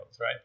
right